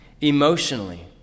emotionally